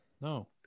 No